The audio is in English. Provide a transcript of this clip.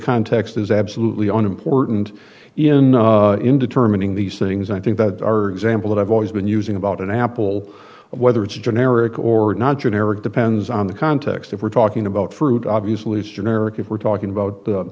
context is absolutely an important in in determining these things and i think that our example that i've always been using about an apple whether it's generic or not generic depends on the context if we're talking about fruit obviously it's generic if we're talking about